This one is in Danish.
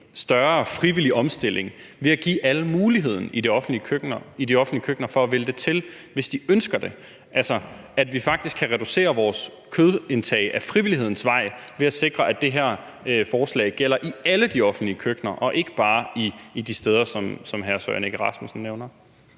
større frivillig omstilling ved at give alle muligheden i de offentlige køkkener for at vælge det til, hvis de ønsker det, altså at vi faktisk kan reducere vores kødindtag ad frivillighedens vej ved at sikre, at det her forslag gælder i alle de offentlige køkkener og ikke bare de steder, som hr. Søren Egge Rasmussen nævner?